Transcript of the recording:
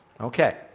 Okay